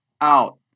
out